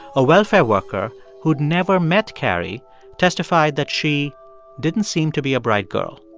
a welfare worker who'd never met carrie testified that she didn't seem to be a bright girl.